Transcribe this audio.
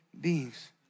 beings